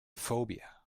phobia